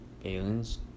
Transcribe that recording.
aliens